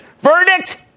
Verdict